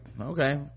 Okay